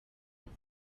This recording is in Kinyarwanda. aza